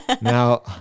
Now